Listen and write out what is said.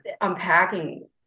unpacking